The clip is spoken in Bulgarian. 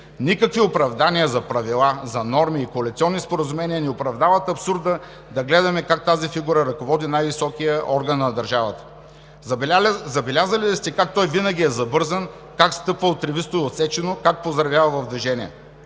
Никакви оправдания за правила, за норми и коалиционни споразумения не оправдават абсурда да гледаме как тази фигура ръководи най-високия орган на държавата. Забелязали ли сте как той винаги е забързан, как стъпва отривисто и отсечено, как поздравява в движение?!